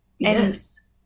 yes